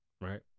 right